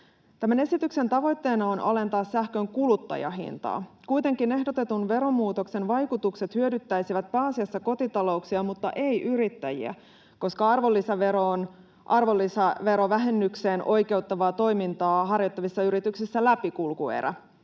Tämän esityksen tavoitteena on alentaa sähkön kuluttajahintaa. Kuitenkin ehdotetun veromuutoksen vaikutukset hyödyttäisivät pääasiassa kotitalouksia, mutta eivät yrittäjiä, koska arvonlisävero on arvonlisäverovähennykseen oikeuttavaa toimintaa harjoittavissa yrityksissä läpikulkuerä.